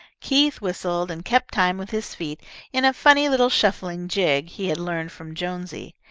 keith whistled and kept time with his feet in a funny little shuffling jig he had learned from jonesy,